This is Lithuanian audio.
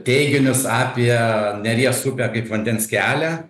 teiginius apie neries upę kaip vandens kelią